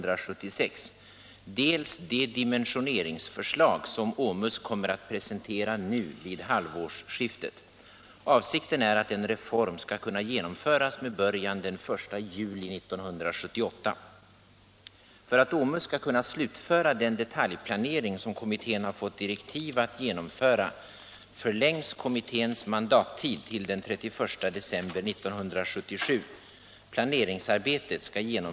Regeringen kommer till hösten forskning inom